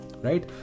Right